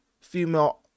female